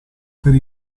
per